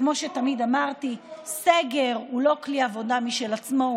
כמו שתמיד אמרתי: סגר הוא לא כלי עבודה משל עצמו,